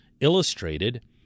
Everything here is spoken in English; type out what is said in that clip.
illustrated